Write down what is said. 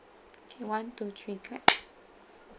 K one two three clap